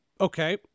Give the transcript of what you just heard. Okay